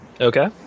Okay